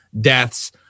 deaths